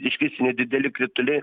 iškris nedideli krituliai